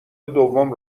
دوم